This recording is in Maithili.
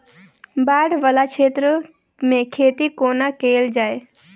बाढ़ वला क्षेत्र मे खेती कोना कैल जाय?